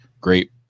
great